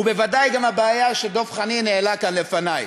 ובוודאי יש גם הבעיה שדב חנין העלה כאן לפני.